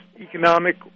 economic